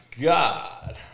God